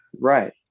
Right